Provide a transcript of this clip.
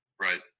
Right